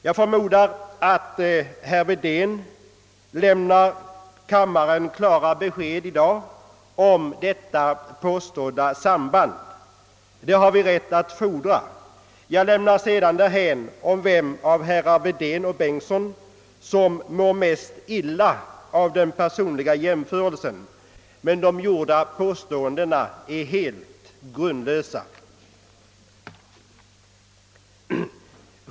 Jag förmodar att herr Wedén kommer att lämna kammaren klart besked i dag om detta påstådda samband. Det har vi rätt att fordra. Jag lämnar sedan därhän vem av herrar Wedén och Bengtson i Solna som mår mest illa av den personliga jämförelsen, men de gjorda påståendena är helt grundlösa.